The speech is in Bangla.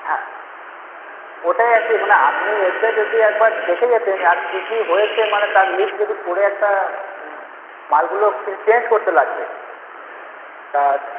হ্যাঁ ওটাই আর কি মানে আপনি এসে যদি একবার দেখে যেতেন আর কি কি হয়েছে মানে তার লিস্ট যদি করে একটা মালগুলো চেঞ্জ করতে লাগবে তার